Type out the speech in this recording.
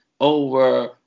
over